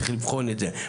צריך לבחון את זה,